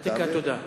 תודה.